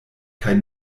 kaj